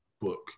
book